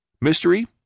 Mystery